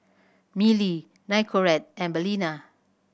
Mili Nicorette and Balina